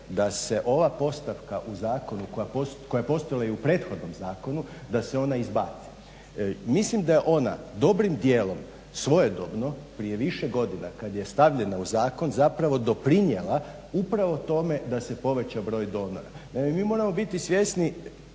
da se ova postavka u zakonu koja je postojala i u prethodnom zakonu da se ona izbaci. Mislim da je ona dobrim djelom svojedobno prije više godina kad je stavljena u zakon zapravo doprinijela upravo tome da se poveća broj donora. Mi moramo biti svjesni,